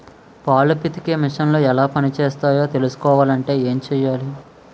పాలు పితికే మిసన్లు ఎలా పనిచేస్తాయో తెలుసుకోవాలంటే ఏం చెయ్యాలి?